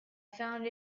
found